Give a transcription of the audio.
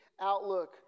outlook